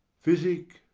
physic,